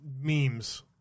memes